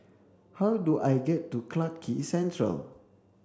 how do I get to Clarke Quay Central